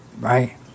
Right